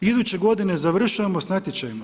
Iduće godine završavamo s natječajima.